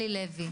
שלי לוי,